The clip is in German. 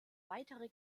weitere